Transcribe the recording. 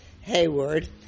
Hayward